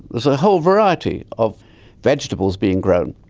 there's a whole variety of vegetables being grown.